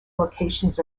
locations